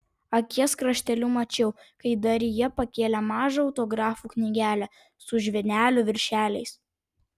akies krašteliu mačiau kai darija pakėlė mažą autografų knygelę su žvynelių viršeliais